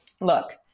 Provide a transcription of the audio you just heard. look